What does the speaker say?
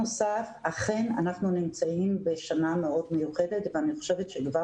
אכן אנחנו נמצאים בשנה מאוד מיוחדת ואני חושבת שמה